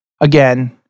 again